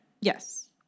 Yes